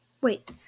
Wait